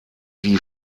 die